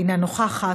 אינה נוכחת,